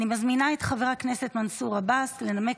אני מזמינה את חבר הכנסת מנסור עבאס לנמק